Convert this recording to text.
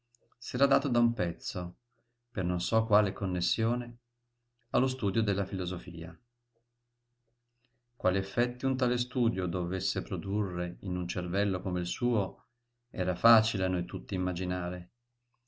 serio s'era dato da un pezzo per non so quale connessione allo studio della filosofia quali effetti un tale studio dovesse produrre in un cervello come il suo era facile a noi tutti immaginare